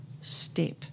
step